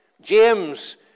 James